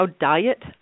diet